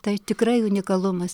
tai tikrai unikalumas